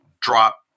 drop